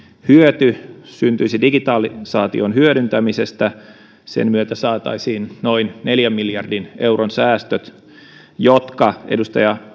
hyöty syntyisi digitalisaation hyödyntämisestä sen myötä saataisiin noin neljän miljardin euron säästöt jotka edustaja